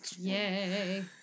Yay